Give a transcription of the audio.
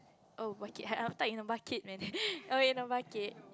oh bucket I I tied in the bucket man okay no bucket